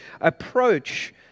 approach